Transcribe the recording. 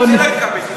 מתי אתם פורשים?